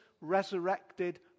resurrected